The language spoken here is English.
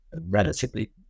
relatively